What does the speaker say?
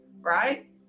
right